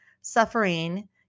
suffering